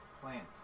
plant